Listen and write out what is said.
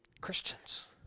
Christians